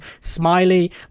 smiley